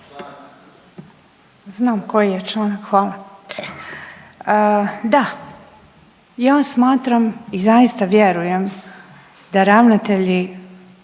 Znam koji je članak, hvala. Da, ja smatram i zaista vjerujem da ravnatelji